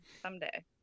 someday